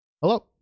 hello